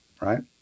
right